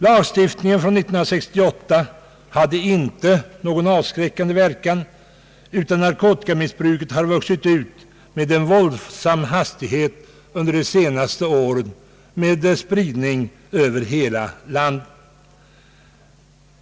Lagen från 1968 hade inte någon avskräckande verkan, utan narkotikamissbruket har vuxit med en våldsam hastighet under de senaste åren och spritt sig över hela landet.